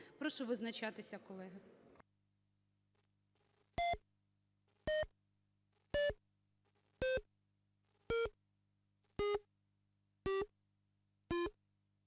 Прошу визначатися, колеги.